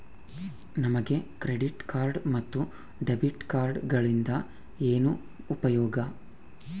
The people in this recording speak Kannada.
ನಮಗೆ ಕ್ರೆಡಿಟ್ ಕಾರ್ಡ್ ಮತ್ತು ಡೆಬಿಟ್ ಕಾರ್ಡುಗಳಿಂದ ಏನು ಉಪಯೋಗ?